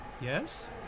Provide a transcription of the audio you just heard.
Yes